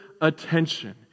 attention